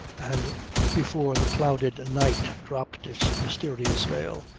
and before the clouded night dropped its mysterious veil,